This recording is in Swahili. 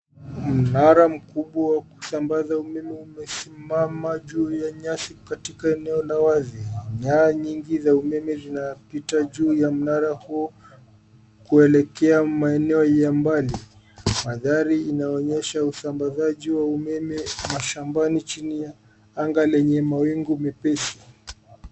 Mnara mkubwa wa kusambaza umesimama juu ya nyasi katika eneo la wazi. Nyaya nyingi za umeme zinapita juu ya mnara huo kuelekea maeneo ya mbali. Mandhari inaonyesha usambazaji wa umeme mashambani chini ya anga Lenye mawingu nyepesi.